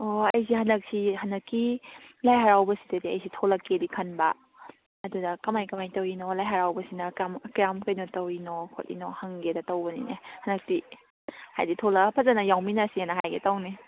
ꯑꯣ ꯑꯩꯁꯤ ꯍꯟꯗꯛꯁꯤ ꯍꯟꯗꯛꯀꯤ ꯂꯥꯏ ꯍꯔꯥꯎꯕꯁꯤꯗꯗꯤ ꯑꯩꯁꯤ ꯊꯣꯂꯛꯀꯦꯗꯤ ꯈꯟꯕ ꯑꯗꯨꯗ ꯀꯃꯥꯏ ꯀꯃꯥꯏꯅ ꯇꯧꯔꯤꯅꯣ ꯂꯥꯏ ꯍꯔꯥꯎꯕꯁꯤꯅ ꯀꯌꯥꯝ ꯀꯩꯅꯣ ꯇꯧꯔꯤꯅꯣ ꯈꯣꯠꯂꯤꯅꯣ ꯍꯪꯒꯦꯅ ꯇꯧꯕꯅꯤꯅꯦ ꯍꯟꯗꯛꯇꯤ ꯍꯥꯏꯗꯤ ꯊꯣꯂꯛꯑ ꯐꯖꯅ ꯌꯥꯎꯃꯤꯟꯅꯁꯦꯅ ꯍꯥꯏꯒꯦ ꯇꯧꯅꯤ